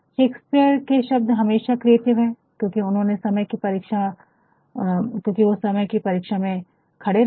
Shakespeare के शब्द हमेशा क्रिएटिव है क्योंकि वे समय की परीक्षा में खड़ा रहा